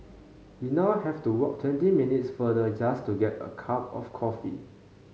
we now have to walk twenty minutes farther just to get a cup of coffee